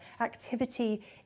Activity